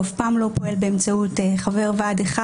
הוא אף פעם לא פועל באמצעות חבר ועד אחד,